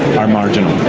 are marginal.